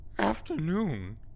Afternoon